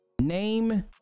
Name